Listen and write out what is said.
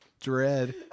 Dread